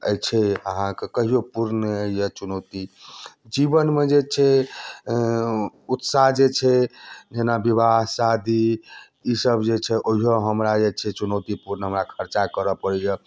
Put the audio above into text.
अछिए अहाँके कहियो पूर्ण नहि होइए चुनौती जीवनमे जे छै उत्साह जे छै जेना विवाह शादी ईसभ जे छै ओहियोमे हमरा जे छै चुनौतीपूर्ण हमरा खर्चा करय पड़ैए